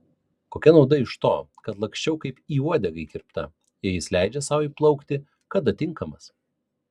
kokia nauda iš to kad laksčiau kaip į uodegą įkirpta jei jis leidžia sau įplaukti kada tinkamas